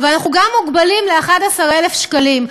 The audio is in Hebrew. ואנחנו גם מוגבלים ל-11,000 שקלים.